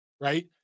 right